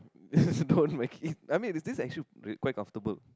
don't make it I mean is this actually quite comfortable